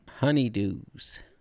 honeydews